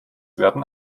werden